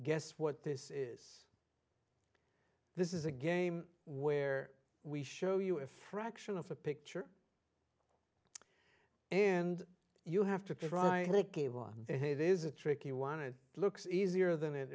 guess what this is this is a game where we show you a fraction of a picture and you have to try i think it is a tricky one it looks easier than it